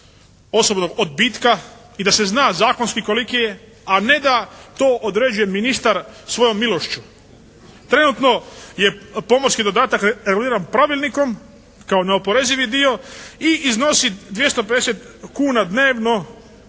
osobnog odbitka i da se zna zakonski koliki je a ne da to određuje ministar svojom milošću. Trenutno je pomorski dodatak evaluiran pravilnikom kao neoporezivi dio i iznosi 250 kuna dnevno